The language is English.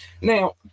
Now